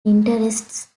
interests